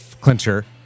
clincher